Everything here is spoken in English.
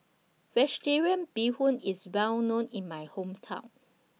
Vegetarian Bee Hoon IS Well known in My Hometown